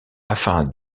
afin